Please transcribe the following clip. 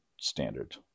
standard